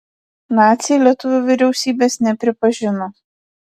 naciai lietuvių vyriausybės nepripažino